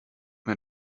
mir